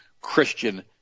Christian